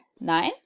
nine